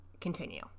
continue